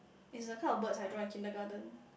is the kind of birds I draw in kindergarten